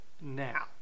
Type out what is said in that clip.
now